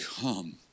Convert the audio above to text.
come